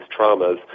traumas